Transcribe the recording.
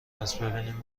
پسببینیم